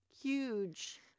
huge